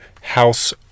house